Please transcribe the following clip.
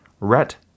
Rat